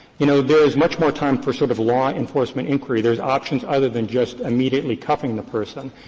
you know, there is much more time for sort of law enforcement inquiry. there's options other than just immediately cuffing the person.